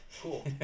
Cool